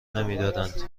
نمیدادند